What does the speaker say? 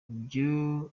ibyo